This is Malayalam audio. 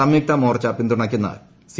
സംയുക്ത മോർച്ച പിന്തുണയ്ക്കുന്ന സി